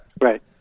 Right